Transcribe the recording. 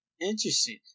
Interesting